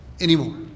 anymore